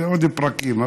ועוד פרקים,